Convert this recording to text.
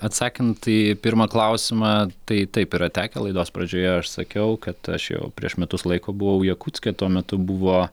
atsakant į pirmą klausimą tai taip yra tekę laidos pradžioje aš sakiau kad aš jau prieš metus laiko buvau jakutske tuo metu buvo